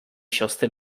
siostry